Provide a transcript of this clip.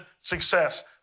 success